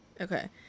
Okay